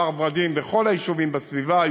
כפר-ורדים וכל היישובים בסביבה,